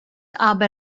aber